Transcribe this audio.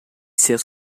seus